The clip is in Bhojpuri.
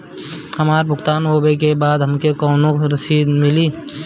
हमार भुगतान होबे के बाद हमके कौनो रसीद मिली?